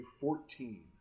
fourteen